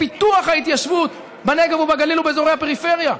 לפיתוח ההתיישבות בנגב ובגליל ובאזורי הפריפריה.